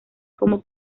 como